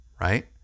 right